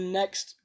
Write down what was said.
next